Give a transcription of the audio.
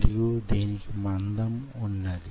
మరియు దీనికి మందం వున్నది